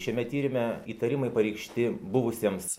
šiame tyrime įtarimai pareikšti buvusiems